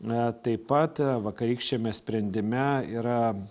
mes taip pat vakarykščiame sprendime yra